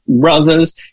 brothers